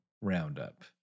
roundup